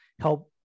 help